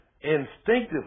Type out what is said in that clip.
instinctively